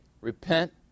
Repent